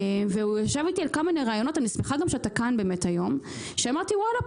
על כמה רעיונות אני שמחה שאתה כאן היום אמרתי: וואלה,